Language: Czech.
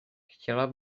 chtěla